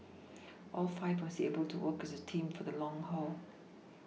all five must be able to work as a team for the long haul